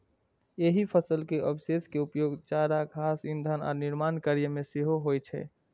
एहि फसल के अवशेष के उपयोग चारा, घास, ईंधन आ निर्माण कार्य मे सेहो होइ छै